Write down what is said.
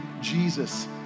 Jesus